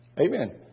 Amen